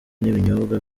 n’ibinyobwa